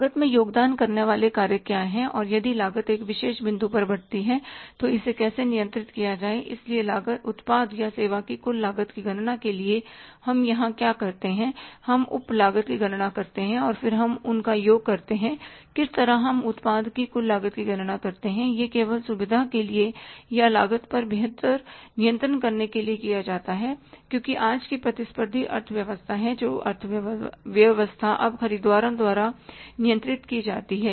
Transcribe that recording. लागत में योगदान करने वाले कारक क्या हैं और यदि लागत एक विशेष बिंदु पर बढ़ती है तो इसे कैसे नियंत्रित किया जाए इसलिए उत्पाद या सेवा की कुल लागत की गणना के लिए हम यहां क्या करते हैं हम उप लागत की गणना करते हैं और फिर हम उनका योग करते हैं किस तरह हम उत्पाद की कुल लागत की गणना करते हैं यह केवल सुविधा के लिए या लागत पर बेहतर नियंत्रण करने के लिए किया जाता है क्योंकि आज की प्रतिस्पर्धी अर्थव्यवस्था है जो अर्थव्यवस्था अब खरीदारों द्वारा नियंत्रित की जाती है